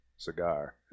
cigar